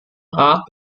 rat